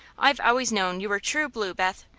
i've always known you were true blue, beth,